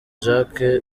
jack